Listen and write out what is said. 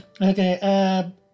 Okay